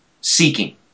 seeking